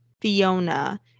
Fiona